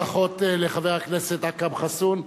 ברכות לחבר הכנסת אכרם חסון,